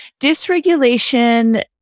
Dysregulation